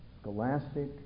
scholastic